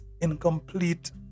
incomplete